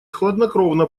хладнокровно